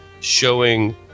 showing